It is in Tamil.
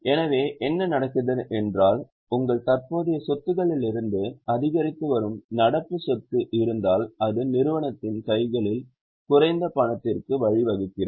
எனவே என்ன நடக்கிறது என்றால் உங்கள் தற்போதைய சொத்துகளிலிருந்து அதிகரித்து வரும் நடப்பு சொத்து இருந்தால் அது நிறுவனத்தின் கைகளில் குறைந்த பணத்திற்கு வழிவகுக்கிறது